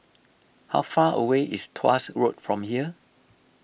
how far away is Tuas Road from here